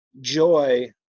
joy